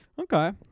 Okay